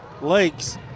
Lakes